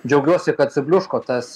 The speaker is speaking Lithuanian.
džiaugiuosi kad subliuško tas